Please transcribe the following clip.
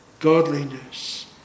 Godliness